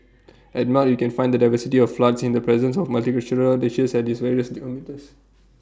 at melt you can find the diversity of floods in the presence of multicultural dishes at this various